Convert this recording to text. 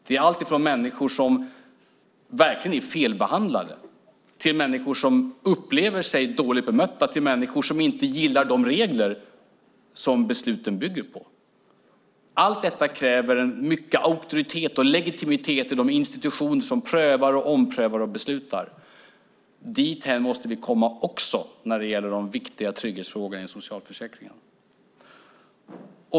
Det är alltifrån människor som verkligen är felbehandlade till människor som upplever sig ha blivit dåligt bemötta och människor som inte gillar de regler besluten bygger på. Allt detta kräver mycket auktoritet och legitimitet i de institutioner som prövar, omprövar och beslutar. Dithän måste vi också komma när det gäller de viktiga trygghetsfrågorna i socialförsäkringen.